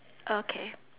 okay